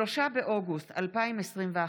3 באוגוסט 2021,